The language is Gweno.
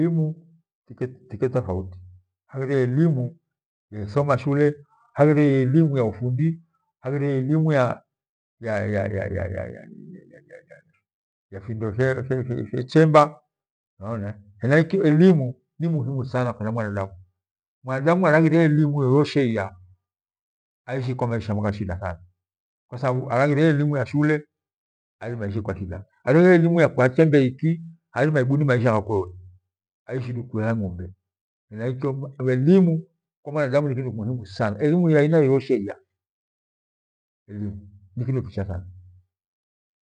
Imu, tike tike tofauti haghire elimu nilisoma shule, haghire elimu ya ufundi, haghire elimu ya ya ya ya ya findo fye- chemba, unaona eeh, henaikyo elimu ni muhimu sana kwa manadamu, mwanadumu alaghire elimu yeyesho ya, kwa sababu alaghire elimu ya shule, alemaiza kwa shida, alaghire elimu ya kwathembe iki, aseibuni maisha mako maisha kwa ng'ombe, naithoma elimu kwa mwanadamu ni kitu muhimu sana. elimu ya aina yeyoshe ya.